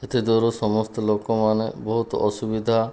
ଏତଦ୍ୱାରା ସମସ୍ତ ଲୋକମାନେ ବହୁତ ଅସୁବିଧା